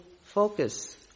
focus